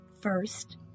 First